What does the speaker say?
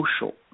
social